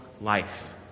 life